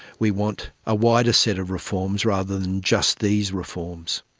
we want a wider set of reforms rather than just these reforms.